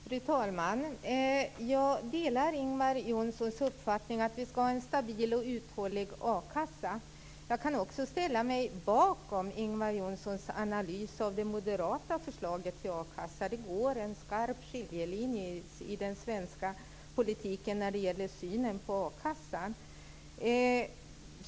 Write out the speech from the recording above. Fru talman! Jag delar Ingvar Johnssons uppfattning att vi skall ha en stabil och uthållig a-kassa. Jag kan också ställa mig bakom Ingvar Johnssons analys av det moderata förslaget till a-kassa. Det går en skarp skiljelinje i den svenska politiken när det gäller synen på a-kassan.